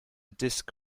disc